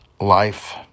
life